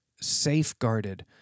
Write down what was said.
safeguarded